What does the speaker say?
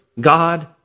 God